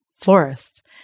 florist